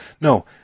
no